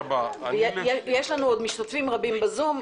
יש לנו עוד משתתפים רבים בזום,